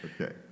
Okay